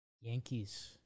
Yankees